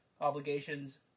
obligations